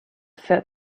set